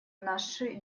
наши